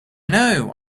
know